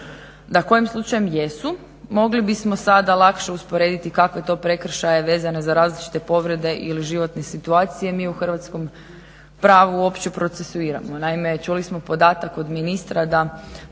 Da kojim slučajem jesu mogli bismo sada lakše usporediti kakve to prekršaje vezane za različite povrede ili životne situacije mi u hrvatskom pravu uopće procesuiramo. Naime, čuli smo podatak od ministra da